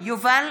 יובל